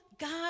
god